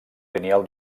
lineal